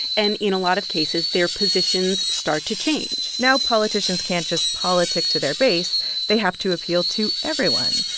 and in a lot of cases, their their positions start to change now politicians can't just politic to their base they have to appeal to everyone.